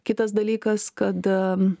kitas dalykas kad